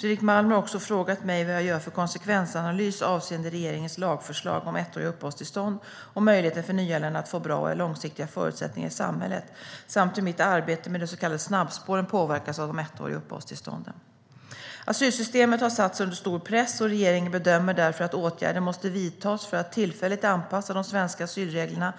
Fredrik Malm har också frågat mig vad jag gör för konsekvensanalys avseende regeringens lagförslag om ettåriga uppehållstillstånd och möjligheten för nyanlända att få bra och långsiktiga förutsättningar i samhället, samt hur mitt arbete med de så kallade snabbspåren påverkas av de ettåriga uppehållstillstånden. Asylsystemet har satts under stor press, och regeringen bedömer därför att åtgärder måste vidtas för att tillfälligt anpassa de svenska asylreglerna